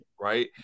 right